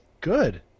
Good